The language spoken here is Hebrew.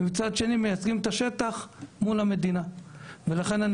ומצד שני מייצגים את השטח מול המדינה ולכן אני